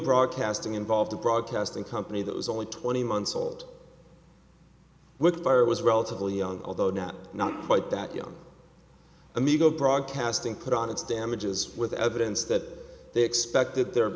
broadcasting involved the broadcasting company that was only twenty months old with fire was relatively young although not quite that young amigo broadcasting put on its damages with evidence that they expected the